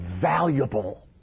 valuable